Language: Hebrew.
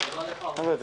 הישיבה נעולה.